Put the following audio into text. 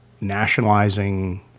nationalizing